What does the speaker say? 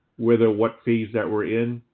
whether what phase that we're in.